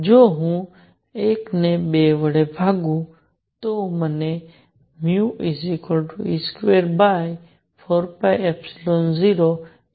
જો હું 1 ને 2 વડે ભાગું તો મને ve24π0nℏ મળે છે